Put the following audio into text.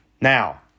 Now